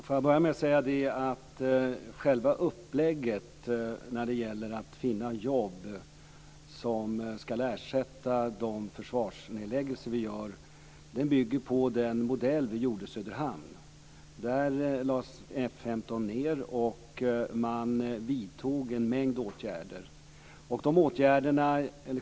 Fru talman! Upplägget för att finna jobb som ska ersättas vid försvarsnedläggelsen bygger på den modell vi genomförde i Söderhamn. Där lades F 15 ned och en mängd åtgärder vidtogs.